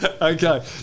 Okay